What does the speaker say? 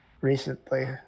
recently